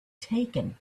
taken